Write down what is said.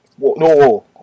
No